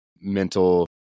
mental